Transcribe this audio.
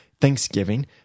thanksgiving